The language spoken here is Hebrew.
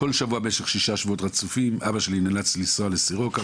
בכל שבוע במשך שישה שבועות רצופים אבא שלי נאלץ לנסוע לסורוקה